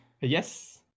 yes